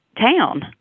town